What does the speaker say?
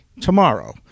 tomorrow